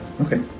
Okay